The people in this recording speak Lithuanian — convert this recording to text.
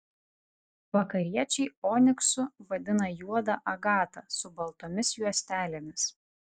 vakariečiai oniksu vadina juodą agatą su baltomis juostelėmis